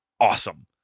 awesome